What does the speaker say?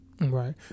Right